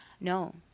No